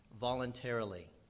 voluntarily